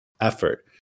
effort